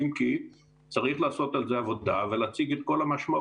אם כי צריך לעשות על זה עבודה ולהציג את כל המשמעויות